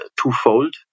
twofold